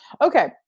Okay